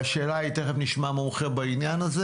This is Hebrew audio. והשאלה היא תכף נשמע מומחה בעניין הזה